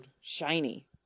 shiny